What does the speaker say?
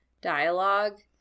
dialogue